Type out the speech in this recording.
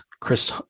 Chris